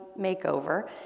Makeover